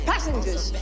Passengers